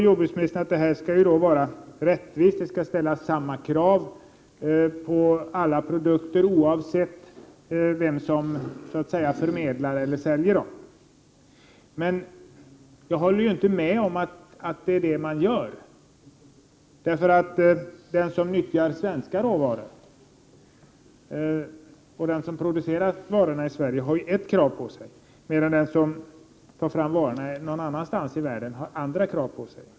Jordbruksministern säger vidare att samma krav skall ställas på alla produkter oavsett vem som säljer dem. Men jag håller inte med om att detta sker. Den som producerar varor i Sverige har vissa krav på sig, medan den som producerar varor någon annanstans i världen har andra krav på sig.